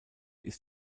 ist